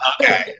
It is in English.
okay